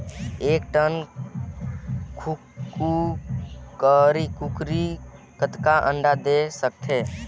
एक ठन कूकरी कतका अंडा दे सकथे?